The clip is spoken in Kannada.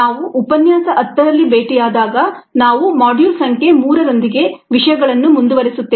ನಾವು ಉಪನ್ಯಾಸ 10 ರಲ್ಲಿ ಭೇಟಿಯಾದಾಗ ನಾವು ಮಾಡ್ಯೂಲ್ ಸಂಖ್ಯೆ 3 ರೊಂದಿಗೆ ವಿಷಯಗಳನ್ನು ಮುಂದುವರಿಸುತ್ತೇವೆ